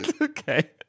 okay